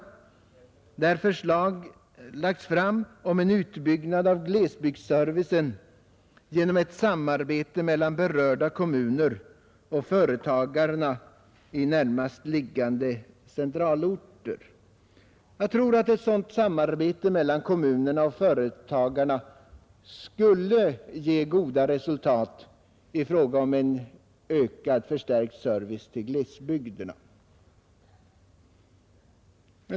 I den framläggs förslag om en utbyggnad av glesbygdsservicen genom ett samarbete mellan berörda kommuner och företagarna i närmast liggande centralorter. Jag tror att ett sådant samarbete mellan kommuner och företagare skulle ge goda resultat i fråga om förstärkt service till glesbygderna.